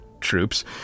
troops